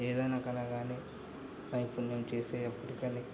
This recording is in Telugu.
ఏదైనా కళ కానీ నైపుణ్యం చేసేటప్పుడు కానీ